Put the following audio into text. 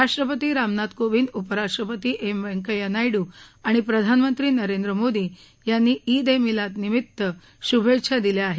राष्ट्रपती रामनाथ कोंविद उपराष्ट्रपती एम व्यंकय्या नायडू आणि प्रधानमंत्री नरेंद्र मोदी यांनी ईद ए मिलाद निमित्त शुभेच्छा दिल्या आहेत